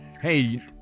Hey